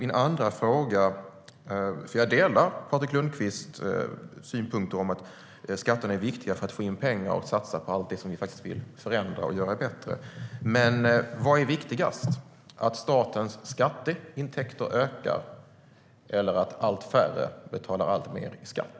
Jag delar Patrik Lundqvists synpunkt att skatter är viktiga för att få in pengar så att vi kan satsa på allt som vi vill förändra och göra bättre. Men vad är viktigast: att statens skatteintäkter ökar eller att allt färre betalar alltmer i skatt?